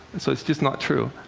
and so it's just not true.